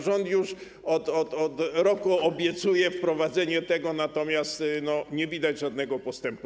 Rząd już od roku obiecuje wprowadzenie tego, natomiast nie widać żadnego postępu.